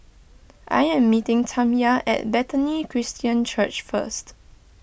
I am meeting Tamya at Bethany Christian Church first